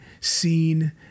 seen